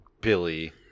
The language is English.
Billy